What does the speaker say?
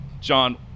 John